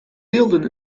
deelden